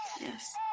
Yes